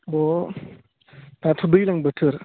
अ दाथ' दैज्लां बोथोर